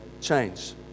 change